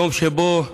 יום שבו,